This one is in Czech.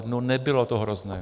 No nebylo to hrozné.